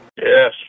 Yes